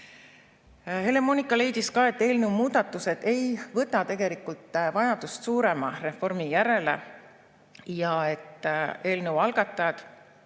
Helle-Moonika leidis ka, et eelnõu muudatused ei võta tegelikult vajadust suurema reformi järele. Eelnõu algatajad